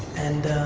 and